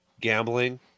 gambling